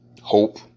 hope